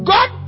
God